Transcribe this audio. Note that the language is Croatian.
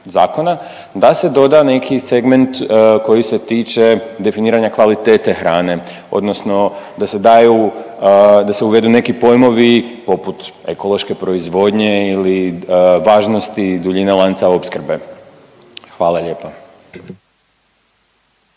da se doda neki segment koji se tiče definiranja kvalitete hrane odnosno da se daju, da se uvedu neki pojmovi poput ekološke proizvodnje ili važnosti duljine lanca opskrbe? Hvala lijepa.